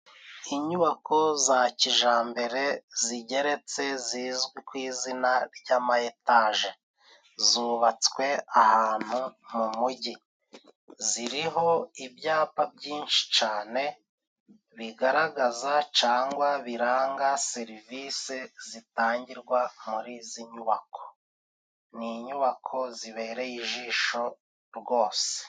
Inyubako za kijambere zigeretse, zizwi ku izina ry'amayetaje, zubatswe ahantu mu mujyi. Ziriho ibyapa byinshi cane bigaragaza cangwa biranga serivisi zitangirwa muri izi nyubako. Ni inyubako zibereye ijisho rwose.